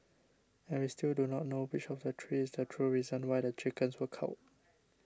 and we still do not know which of the three is the true reason why the chickens were culled